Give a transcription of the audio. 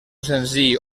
senzill